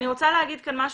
אני רוצה להגיד כאן משהו,